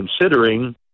considering